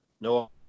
no